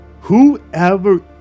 Whoever